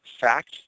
fact